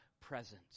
presence